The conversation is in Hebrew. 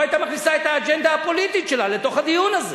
היתה מכניסה את האג'נדה הפוליטית שלה לתוך הדיון הזה.